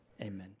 Amen